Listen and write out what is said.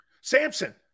Samson